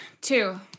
Two